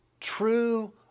true